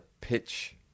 pitch